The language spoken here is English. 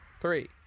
Three